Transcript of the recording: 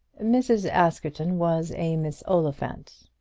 mrs. askerton was a miss oliphant.